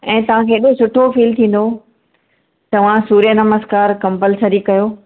ऐं तव्हां खे एॾो सुठो फील थींदो तव्हां सूर्य नमस्कार कम्पल्सरी कयो